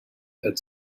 had